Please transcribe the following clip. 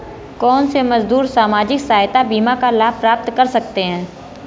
कौनसे मजदूर सामाजिक सहायता बीमा का लाभ प्राप्त कर सकते हैं?